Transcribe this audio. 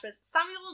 Samuel